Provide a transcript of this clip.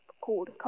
called